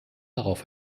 darauf